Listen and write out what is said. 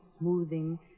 smoothing